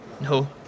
No